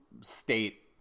state